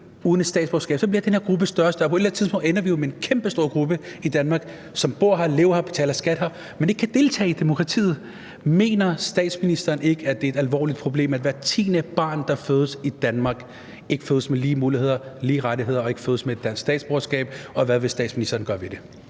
uden et statsborgerskab, og den her gruppe bliver større og større, og på et eller andet tidspunkt ender vi jo med en kæmpestor gruppe i Danmark, som bor her, lever her og betaler skat her, men ikke kan deltage i demokratiet. Mener statsministeren ikke, at det er et alvorligt problem, at hvert tiende barn, der fødes i Danmark, ikke fødes med lige muligheder, lige rettigheder og ikke fødes med et dansk statsborgerskab, og hvad vil statsministeren gøre ved det?